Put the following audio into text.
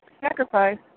sacrifice